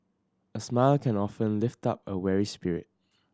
a smile can often lift up a weary spirit